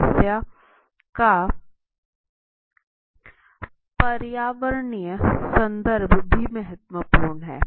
समस्या का पर्यावरणीय संदर्भ भी महत्वपूर्ण है